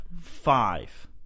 Five